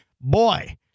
boy